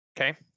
Okay